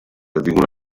vengono